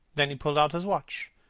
then he pulled out his watch.